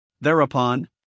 Thereupon